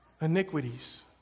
iniquities